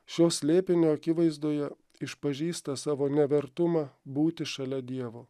šio slėpinio akivaizdoje išpažįsta savo nevertumą būti šalia dievo